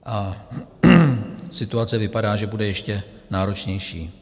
A situace vypadá, že bude ještě náročnější.